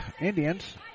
Indians